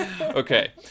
okay